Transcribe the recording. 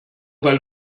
weil